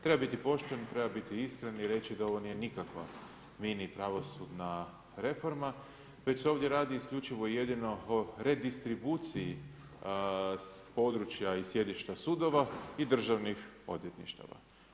Treba biti pošten, treba biti iskren i reći da ovo nije nikakva mini pravosudna reforma već se ovdje radi isključivo i jedino o redistribuciji s područja i sjedišta sudova i državnih odvjetništava.